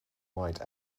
white